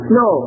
no